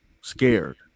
scared